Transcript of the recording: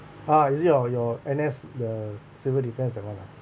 uh is it your your N_S the civil defence that [one] lah